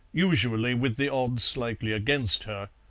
usually with the odds slightly against her,